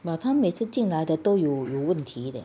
but 他们每次进来的都有有问题 leh